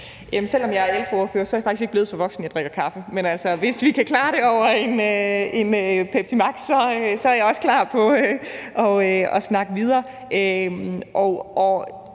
Selv om jeg er ældreordfører, er jeg faktisk ikke blevet så voksen, at jeg drikker kaffe, men hvis vi kan klare det over en Pepsi Max, er jeg også klar til at snakke videre.